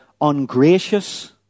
ungracious